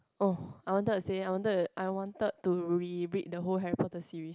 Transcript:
oh I wanted to say I wanted I wanted to reread the whole Harry Potter series